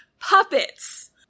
puppets